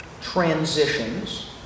transitions